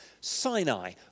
Sinai